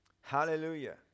Hallelujah